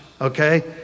okay